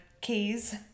keys